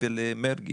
ולמרגי